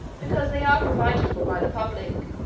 because they are provided for by the public,